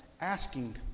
asking